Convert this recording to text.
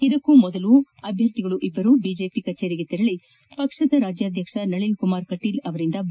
ಇದಕ್ಕೂ ಮೊದಲು ಅಭ್ಯರ್ಥಿಗಳಲ್ಲರು ಬಿಜೆಪಿ ಕಚೇರಿಗೆ ತೆರಳಿ ಪಕ್ಷದ ರಾಜ್ಯಾಧ್ವಕ್ಷ ನಳನ್ ಕುಮಾರ್ ಕಟೀಲ್ ಅವರಿಂದ ಬಿ